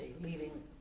leaving